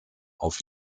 auf